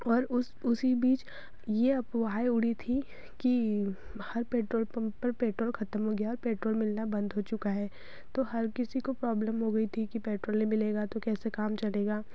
और उस उसी बीच ये अफ़वाहें उड़ी थी कि हर पेट्रोल पंप पर पेट्रोल ख़त्म हो गया पेट्रोल मिलना बंद हो चुका है तो हर किसी को प्रोब्लम हो गई थी कि पेट्रोल नहीं मिलेगा तो कैसे काम चलेगा